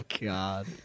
God